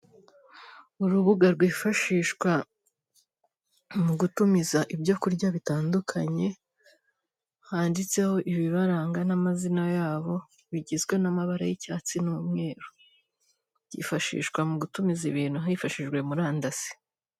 Urubuga rwifashishwa mugutumiza ibyo kurya bitandukanye, handitseho ibibaranga n'amazina yabo bigizwe n'amabara y'icyatsi n'umweru, byifashishwa mugutumiza ibintu hifashishijwe murandasi.